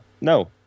No